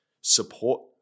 support